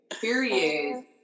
Period